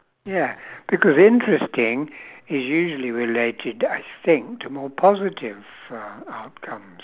ya because interesting is usually related I think to more positive uh outcomes